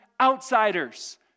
outsiders